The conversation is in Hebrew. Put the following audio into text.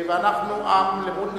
ואנחנו עם למוד אסונות.